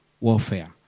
warfare